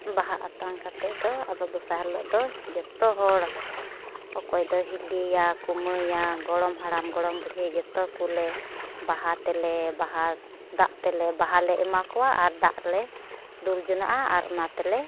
ᱵᱟᱦᱟ ᱟᱛᱟᱝ ᱠᱟᱛᱮᱫ ᱫᱚ ᱟᱫᱚ ᱫᱚᱥᱟᱨ ᱦᱤᱞᱳᱜ ᱫᱚ ᱡᱚᱛᱚ ᱦᱚᱲ ᱚᱠᱚᱭ ᱫᱚ ᱦᱤᱞᱤᱭᱟ ᱠᱩᱢᱟᱹᱭᱟ ᱜᱚᱲᱚᱢ ᱦᱟᱲᱟᱢ ᱜᱚᱲᱚᱢ ᱵᱩᱲᱦᱤ ᱡᱚᱛᱚ ᱠᱚᱞᱮ ᱵᱟᱦᱟ ᱛᱮᱞᱮ ᱵᱟᱦᱟ ᱫᱟᱜ ᱛᱮᱞᱮ ᱵᱟᱦᱟᱞᱮ ᱮᱢᱟ ᱠᱚᱣᱟ ᱟᱨ ᱫᱟᱜ ᱞᱮ ᱫᱩᱞ ᱡᱚᱱᱚᱜᱼᱟ ᱟᱨ ᱚᱱᱟ ᱛᱮᱞᱮ